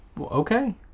Okay